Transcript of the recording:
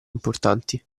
importanti